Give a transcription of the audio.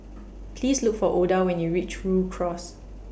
Please Look For Oda when YOU REACH Rhu Cross